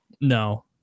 No